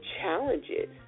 challenges